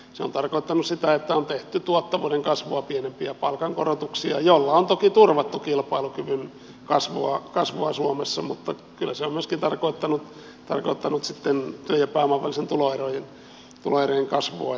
se on tarkoittanut sitä että on tehty tuottavuuden kasvua pienempiä palkankorotuksia millä on toki turvattu kilpailukyvyn kasvua suomessa mutta kyllä se on myöskin tarkoittanut sitten työn ja pääoman välisten tuloerojen kasvua